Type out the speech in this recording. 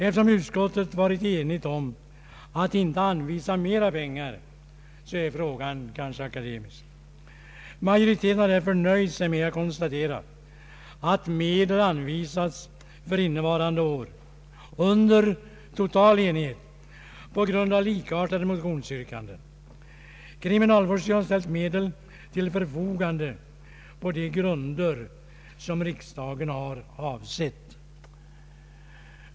Eftersom utskottet varit enigt om att inte anvisa mera pengar är frågan kanske akademisk. Majoriteten har därför nöjt sig med att konstatera att medel anvisats för innevarande år under total enighet på grund av likartade motionsyrkanden. Kriminalvårdsstyrelsen har ställt medel till förfogande på de grunder som riksdagen har avsett.